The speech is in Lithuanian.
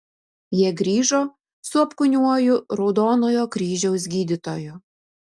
jie grįžo su apkūniuoju raudonojo kryžiaus gydytoju